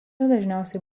dažniausiai